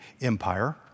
empire